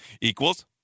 equals